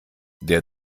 der